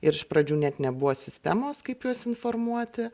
ir iš pradžių net nebuvo sistemos kaip juos informuoti